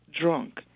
drunk